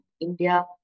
India